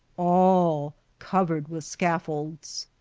all covered with scaffolds.